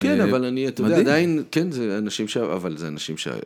כן, אבל אני... אתה יודע, עדיין... כן, זה אנשים ש... אבל זה אנשים ש...